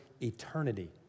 eternity